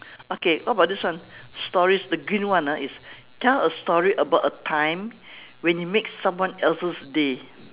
okay what about this one stories the green one ah is tell a story about a time when you make someone else's day